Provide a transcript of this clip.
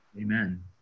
Amen